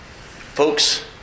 Folks